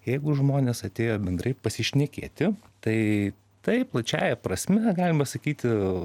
jeigu žmonės atėjo bendrai pasišnekėti tai taip plačiąja prasme galima sakyti